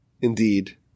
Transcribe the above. indeed